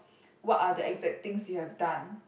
what are the exact things you have done